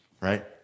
right